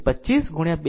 તેથી 25 ગુણ્યા 2